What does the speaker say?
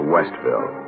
Westville